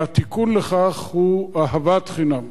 והתיקון לכך הוא אהבת חינם.